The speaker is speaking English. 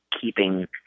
keeping